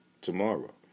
tomorrow